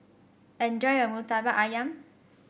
enjoy your murtabak ayam